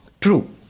true